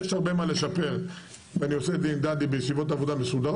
יש הרבה מה לשפר ואני עושה את זה עם דדי בישיבות עבודה מסודרות,